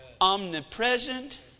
omnipresent